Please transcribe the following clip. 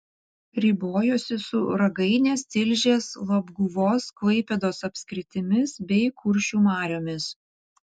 ribojosi su ragainės tilžės labguvos klaipėdos apskritimis bei kuršių mariomis